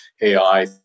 AI